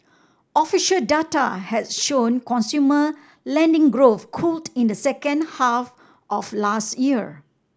official data has shown consumer lending growth cooled in the second half of last year